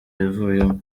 yavuyemo